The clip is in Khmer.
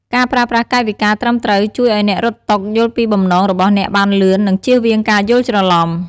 ការប្រើប្រាស់កាយវិការត្រឹមត្រូវជួយឲ្យអ្នករត់តុយល់ពីបំណងរបស់អ្នកបានលឿន និងជៀសវាងការយល់ច្រឡំ។